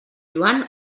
joan